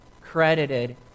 credited